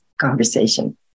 conversation